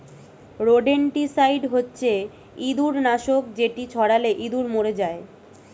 rodenticide হচ্ছে ইঁদুর নাশক যেটি ছড়ালে ইঁদুর মরে যায়